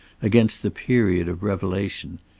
against the period of revelation.